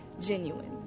genuine